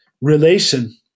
relation